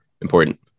important